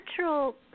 natural